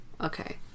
Okay